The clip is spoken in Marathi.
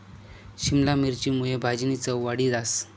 शिमला मिरची मुये भाजीनी चव वाढी जास